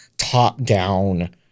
top-down